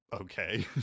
Okay